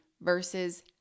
versus